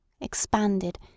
expanded